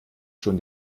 schon